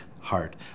heart